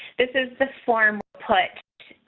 this is the form put.